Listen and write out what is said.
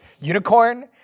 unicorn